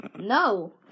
No